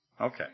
Okay